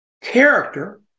character